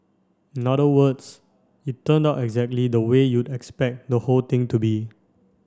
in other words it turned out exactly the way you'd expect the whole thing to be